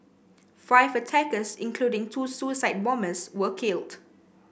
five attackers including two suicide bombers were killed